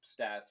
stats